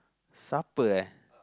supper eh